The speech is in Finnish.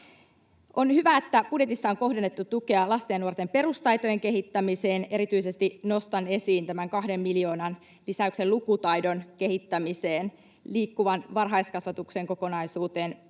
On hyvä, että budjetissa on kohdennettu tukea lasten ja nuorten perustaitojen kehittämiseen. Erityisesti nostan esiin kahden miljoonan lisäyksen lukutaidon kehittämiseen, Liikkuvan varhaiskasvatuksen kokonaisuuteen